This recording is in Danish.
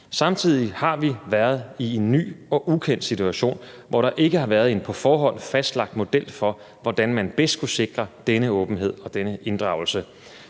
Samtidig har vi været i en ny og ukendt situation, hvor der ikke har været en på forhånd fastlagt model for, hvordan man bedst kunne sikre denne åbenhed og denne inddragelse.